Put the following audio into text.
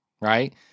right